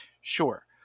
sure